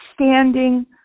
standing